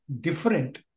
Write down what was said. different